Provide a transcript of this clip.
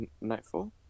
nightfall